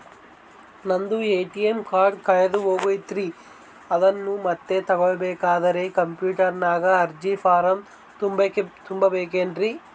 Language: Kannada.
ನಂದು ಎ.ಟಿ.ಎಂ ಕಾರ್ಡ್ ಕಳೆದು ಹೋಗೈತ್ರಿ ಅದನ್ನು ಮತ್ತೆ ತಗೋಬೇಕಾದರೆ ಕಂಪ್ಯೂಟರ್ ನಾಗ ಅರ್ಜಿ ಫಾರಂ ತುಂಬಬೇಕನ್ರಿ?